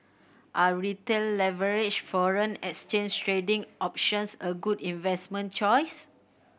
are Retail leveraged foreign exchange trading options a good investment choice